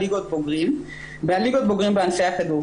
ליגות בוגרים ועל ליגות הבוגרים בענפי הכדור,